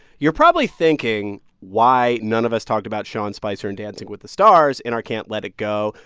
you're probably thinking why none of us talked about sean spicer in dancing with the stars in our can't let it go.